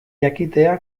jakitea